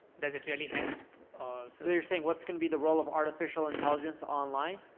does it really help? so you're saying what's gonna be the role of artificial intelligence online?